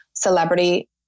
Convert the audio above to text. celebrity